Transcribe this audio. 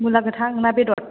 मुला गोथां ना बेदर